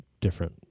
different